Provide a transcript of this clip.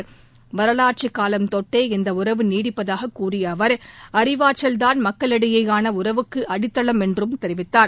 தொட்டே வரலாற்றுகாலம் இந்தஉறவு நீடிப்பதாகக் கூறியஅவர் அறிவாற்றல்தான் மக்களிடையேயானஉறவுக்குஅடித்தளம் என்றும் தெரிவித்தார்